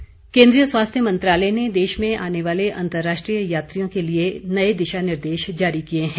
दिशा निर्देश केन्द्रीय स्वास्थ्य मंत्रालय ने देश में आने वाले अंतरराष्ट्रीय यात्रियों के लिए नए दिशा निर्देश जारी किए हैं